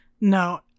no